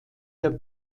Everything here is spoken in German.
der